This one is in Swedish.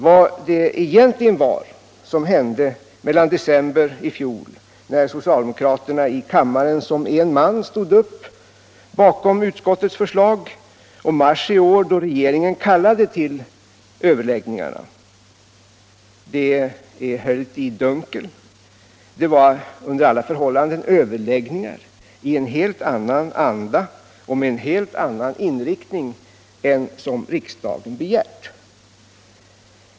Vad det egentligen var som hände mellan december i fjol, när socialdemokraterna i kammaren som en man ställde sig bakom utskottets förslag, och mars i år, då regeringen kallade till överläggningarna är höljt i dunkel. Det blev under alla förhållanden överläggningar i en helt annan anda och med en helt annan inriktning än som riksdagen begärt.